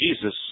Jesus